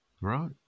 Right